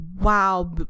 wow